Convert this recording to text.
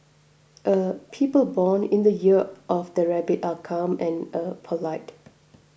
er people born in the year of the rabbit are calm and er polite